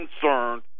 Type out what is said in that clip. concerned